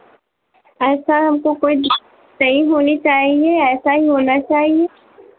ऐसा है हमको कोई दिक्कत नहीं होनीं चाहिए ऐसा ही होना चाहिए